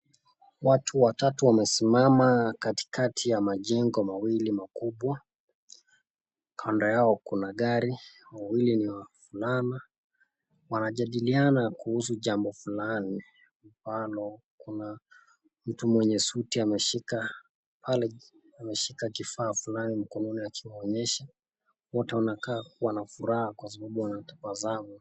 Watu watatu wamesimama katikati ya majengo mawili makubwa. Kando yao kuna gari. Wawili ni wa wavulana. Wanajadiliana kuhusu jambo fulani. Mfano kuna mtu mwenye suti ameshika kifaa fulani mkononi akionyesha. Wote wanakaa wana furaha kwa sababu wanatabasamu.